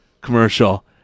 commercial